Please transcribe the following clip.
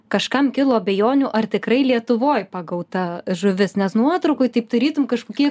kažkam kilo abejonių ar tikrai lietuvoj pagauta žuvis nes nuotraukoj taip tarytum kažkokie